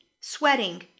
sweating